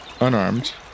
unarmed